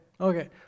okay